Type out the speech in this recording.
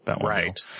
Right